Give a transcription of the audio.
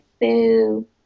boo